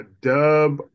dub